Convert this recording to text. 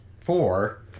Four